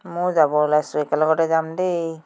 ময়ো যাব ওলাইছোঁ একেলগে যাম দেই